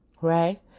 right